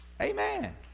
Amen